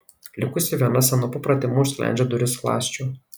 likusi viena senu papratimu užsklendžia duris skląsčiu